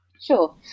Sure